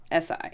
SI